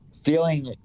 Feeling